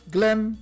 Glen